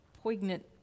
poignant